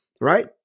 Right